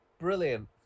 brilliant